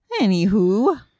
anywho